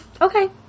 Okay